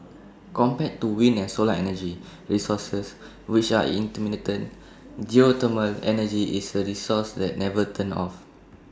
compared to wind and solar energy resources which are intermittent geothermal energy is A resource that never turns off